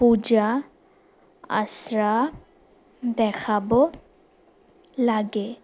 পূজা আশ্ৰা দেখাব লাগে